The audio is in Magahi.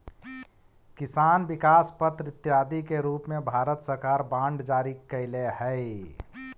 किसान विकास पत्र इत्यादि के रूप में भारत सरकार बांड जारी कैले हइ